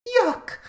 Yuck